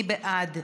מי בעד?